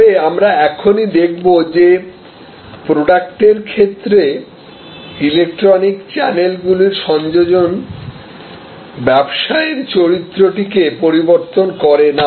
তবে আমরা এখনই দেখব যে প্রোডাক্টের ক্ষেত্রে ইলেকট্রনিক চ্যানেলগুলির সংযোজন ব্যবসায়ের চরিত্রটিকে পরিবর্তন করে না